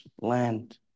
land